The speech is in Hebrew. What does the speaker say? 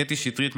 קטי שטרית,